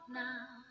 now